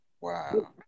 Wow